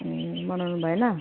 ए मनाउनु भएन